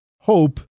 hope